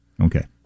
Okay